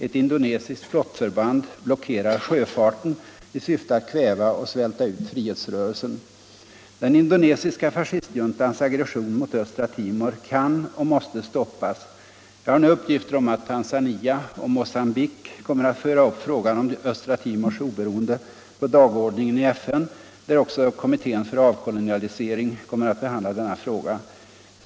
Ett indonesiskt flottförband blockerar sjöfarten i syfte att kväva och svälta ut frihetsrörelsen. Den indonesiska fascistjuntans aggression mot östra Timor kan och måste stoppas. Jag har nu uppgifter om att Tanzania och Mogambique kommer att föra upp frågan om östra Timors oberoende på dagordningen i FN, där också kommittén för avkolonisering kommer att behandla denna fråga.